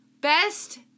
Best